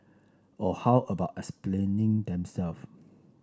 or how about explaining themself